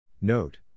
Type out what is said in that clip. Note